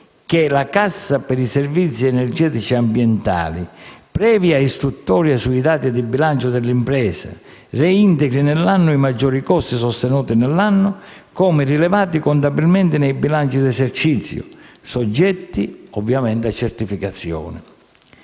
che la CSEA (Cassa per i servizi energetici e ambientali), previa istruttoria sui dati di bilancio dell'impresa, reintegri in un determinato anno i maggiori costi sostenuti nell'anno precedente, come rilevati contabilmente nei bilanci d'esercizio (soggetti ovviamente a certificazione).